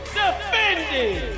defending